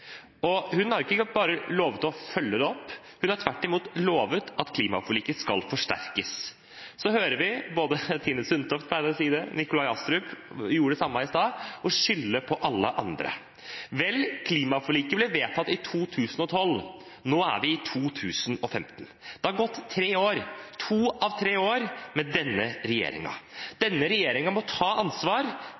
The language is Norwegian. Hun har ikke bare lovet å følge det opp, hun har sågar lovet at klimaforliket skal forsterkes. Så hører vi – Tine Sundtoft pleide å gjøre det, og Nikolai Astrup gjorde det samme i sted – at de skylder på alle andre. Vel, klimaforliket ble vedtatt i 2012 – nå er vi i 2015. Det har gått tre år, og to av de tre årene har vært med denne regjeringen. Denne regjeringen må ta ansvar